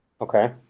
Okay